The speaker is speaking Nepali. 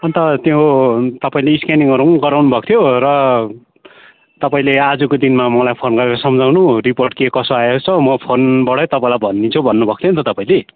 अन्त त्यो तपाईँले स्क्यानिङहरू पनि गराउनु भएको थियो र तपाईँले आजको दिनमा मलाई फोन गरेर सम्झाउनु रिपोर्ट के कसो आएछ मो फोनबाटै तपाईँलाई भनिदिन्छु भन्नुभएको थियो नि त तपाईँले